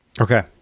Okay